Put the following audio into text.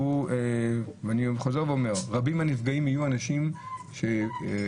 ואני חוזר ואומר רבים מהנפגעים יהיו אנשים שהרוויחו